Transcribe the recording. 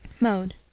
MODE